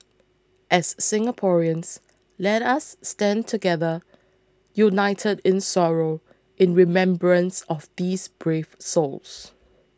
as Singaporeans let us stand together united in sorrow in remembrance of these brave souls